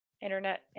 internet